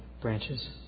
branches